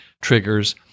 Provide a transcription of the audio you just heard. triggers